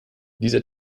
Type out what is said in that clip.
dieser